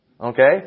Okay